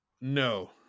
No